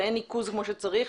אין ניקוז כמו שצריך,